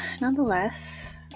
nonetheless